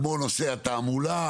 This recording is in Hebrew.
כמו נושא התעמולה,